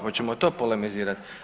Hoćemo to polemizirat?